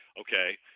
okay